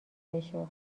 بشو